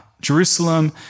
Jerusalem